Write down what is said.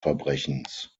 verbrechens